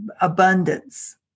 abundance